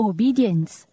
Obedience